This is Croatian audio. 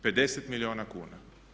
50 milijuna kuna.